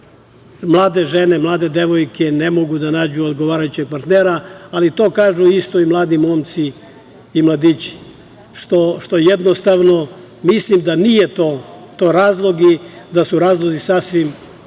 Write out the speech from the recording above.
Mlade žene, mlade devojke ne mogu da nađu odgovarajućeg partnera, ali to kažu isto i mladi momci i mladići. Jednostavno, mislim da nije to razlog i da su razlozi sasvim